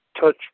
touch